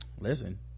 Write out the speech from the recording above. listen